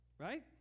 Right